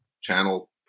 channel